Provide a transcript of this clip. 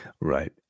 Right